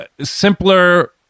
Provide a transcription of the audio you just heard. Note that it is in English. simpler